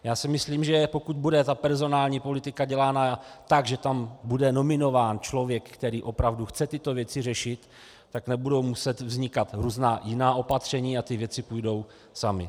Já si myslím, že pokud bude personální politika dělána tak, že tam bude nominován člověk, který opravdu chce tyto věci řešit, tak nebudou muset vznikat různá jiná opatření a ty věci půjdou samy.